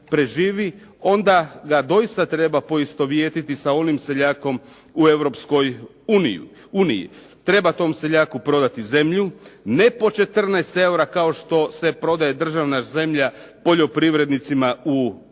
onda ga doista treba poistovjetiti sa onim seljakom u Europskoj uniji. Treba tom seljaku prodati zemlju, ne po 14 eura kao što se prodaje državna zemlja poljoprivrednicima u